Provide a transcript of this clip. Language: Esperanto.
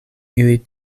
ili